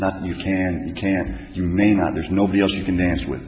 not you can't you can't you may not there's nobody else you can dance with